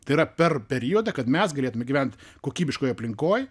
ta yra per periodą kad mes galėtume gyvent kokybiškoj aplinkoj